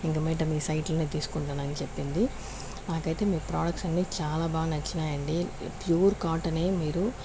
ఇంక మీదట మీ సైట్లోనే తీసుకుంటానని చెప్పింది నాకైతే మీ ప్రోడక్ట్స్ అన్ని చాలా బాగా నచ్చినాయండి ప్యూర్ కాటన్నే మీరు